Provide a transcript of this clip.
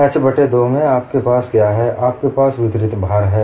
h बट्टे 2 में आपके पास क्या है आपके पास वितरित भार है